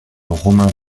romain